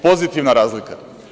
Pozitivna razlika.